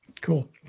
cool